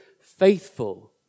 faithful